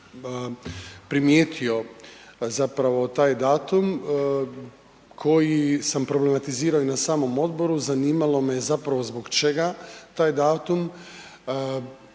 primijetio zapravo taj datum koji sam problematizirao i na samom odboru, zanimalo me je zapravo zbog čega taj datum